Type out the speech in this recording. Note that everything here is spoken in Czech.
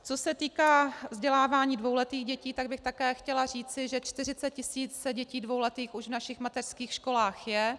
Co se týká vzdělávání dvouletých dětí, tak bych také chtěla říci, že 40 tisíc dětí dvouletých už v našich mateřských školách je.